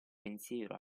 pensiero